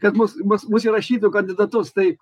kad mus mus mus įrašytų į kandidatus tai